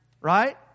right